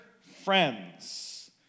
friends